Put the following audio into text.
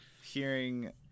hearing